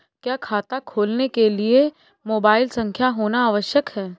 क्या खाता खोलने के लिए मोबाइल संख्या होना आवश्यक है?